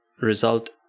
result